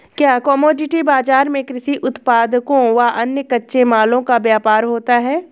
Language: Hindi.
क्या कमोडिटी बाजार में कृषि उत्पादों व अन्य कच्चे मालों का व्यापार होता है?